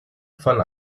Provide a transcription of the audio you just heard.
von